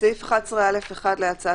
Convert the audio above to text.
בסעיף 50, במקום המילים: